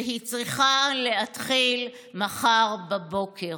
והיא צריכה להתחיל מחר בבוקר.